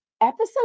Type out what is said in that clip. episode